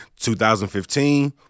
2015